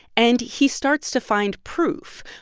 and he starts to find proof.